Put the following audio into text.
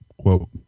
quote